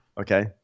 Okay